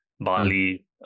Bali